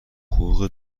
حقوق